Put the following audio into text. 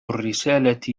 الرسالة